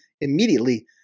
immediately